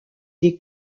des